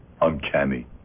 uncanny